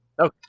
Okay